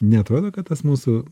neatrodo kad tas mūsų